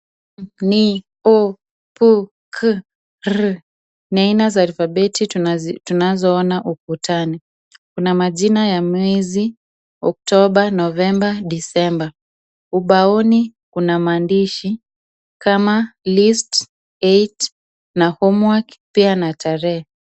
N, u,p,k, r ni aina za alfabeti tunazoona ukutani. Kuna majina ya miezi: Oktoba, Novemba, Disemba. Ubaoni kuna maandishi kama list, eight , homework pia na tarehe.